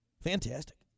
Fantastic